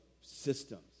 systems